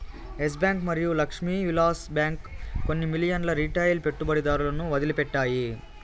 yes Bank మరియు Lakshmi Vilas Bank కొన్ని మిలియన్ల రిటైల్ పెట్టుబడిదారులను వదిలిపెట్టాయి